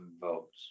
votes